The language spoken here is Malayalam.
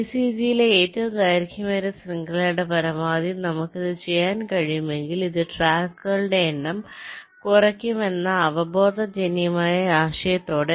VCG യിലെ ഏറ്റവും ദൈർഘ്യമേറിയ ശൃംഖലയുടെ പരമാവധി നമുക്ക് അത് ചെയ്യാൻ കഴിയുമെങ്കിൽ ഇത് ട്രാക്കുകളുടെ എണ്ണം കുറയ്ക്കും എന്ന അവബോധജന്യമായ ആശയത്തോടെ